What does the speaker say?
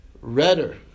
redder